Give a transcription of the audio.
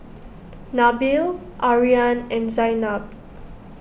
Nabil Aryan and Zaynab